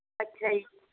ਅੱਛਾ ਜੀ